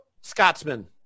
Scotsman